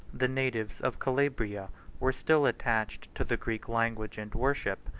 the natives of calabria were still attached to the greek language and worship,